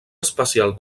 especial